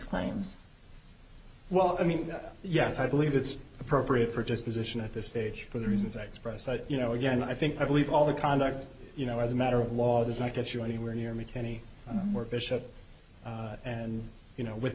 claims well i mean yes i believe that's appropriate for just position at this stage for the reasons i express i you know again i think i believe all the conduct you know as a matter of law does not get you anywhere near me any more bishop and you know with